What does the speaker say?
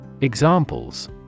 Examples